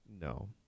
No